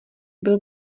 byl